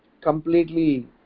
completely